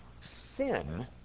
sin